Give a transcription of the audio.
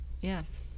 Yes